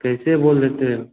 कैसे बोल देते हो